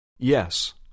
Yes